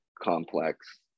complex